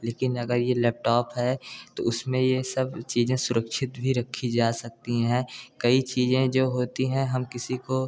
लेकिन अगर ये लेपटॉप है तो उसमें ये सब चीज़ें सुरक्षित भी रखी जा सकती हैं कई चीज़ें जो होती हैं हम किसी को